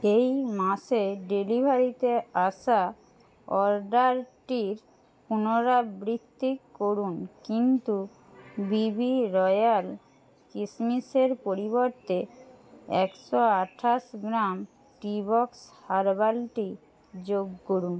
এই মাসে ডেলিভারিতে আসা অর্ডারটির পুনরাবৃত্তি করুন কিন্তু বি বি রয়াল কিসমিসের পরিবর্তে একশো আটাশ গ্রাম টিবক্স হার্বাল টি যোগ করুন